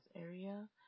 area